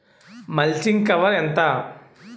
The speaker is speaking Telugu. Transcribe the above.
మల్చింగ్ కవర్ ఎంత?